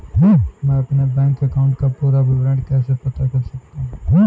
मैं अपने bank account का पूरा विवरण कैसे पता कर सकता हूँ?